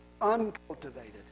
uncultivated